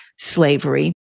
slavery